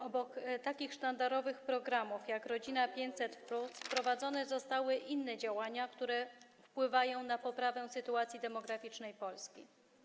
Obok takich sztandarowych programów jak „Rodzina 500+” wprowadzone zostały inne działania, które wpływają na poprawę sytuacji demograficznej Polski.